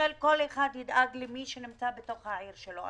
שכל אחד ידאג למי שנמצא בתוך העיר שלו.